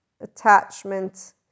attachment